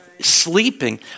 sleeping